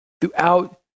throughout